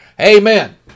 Amen